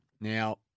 Now